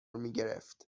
میگرفت